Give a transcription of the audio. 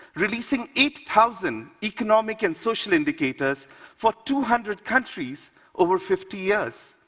releasing eight thousand economic and social indicators for two hundred countries over fifty years,